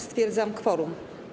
Stwierdzam kworum.